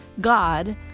God